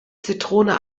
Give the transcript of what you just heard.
zitrone